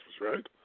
right